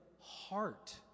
heart